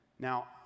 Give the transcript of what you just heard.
Now